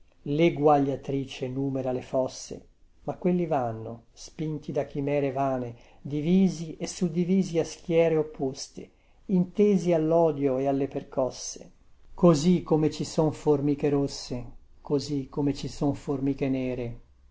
pena leguagliatrice numera le fosse ma quelli vanno spinti da chimere vane divisi e suddivisi a schiere opposte intesi allodio e alle percosse così come ci son formiche rosse così come ci son formiche nere